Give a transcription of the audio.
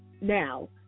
Now